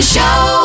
Show